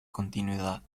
continuidad